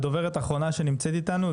דוברת אחרונה שנמצאת איתנו,